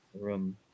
room